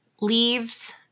leaves